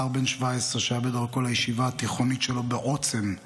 נער בן 17 שהיה בדרכו לישיבה התיכונית שלו בעוצם,